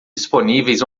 disponíveis